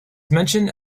mentioned